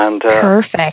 Perfect